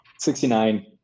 69